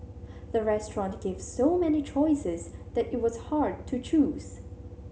the restaurant gave so many choices that it was hard to choose